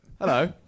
Hello